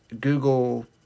Google